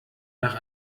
nach